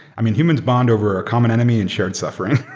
i mean, humans bond over a common enemy and shared suffering.